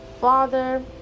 father